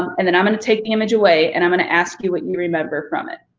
and then i'm gonna take the image away and i'm gonna ask you what you remember from it.